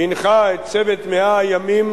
הנחה את צוות 100 הימים